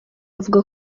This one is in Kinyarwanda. avuga